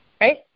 Right